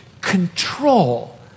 control